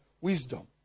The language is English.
wisdom